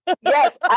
Yes